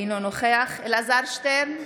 אינו נוכח אלעזר שטרן,